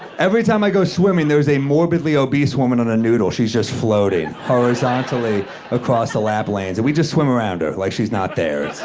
every time i go swimming, there is a morbidly obese woman on a noodle. she's just floating horizontally across the lap lanes, and we just swim around her like she's not there.